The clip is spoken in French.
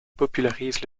popularise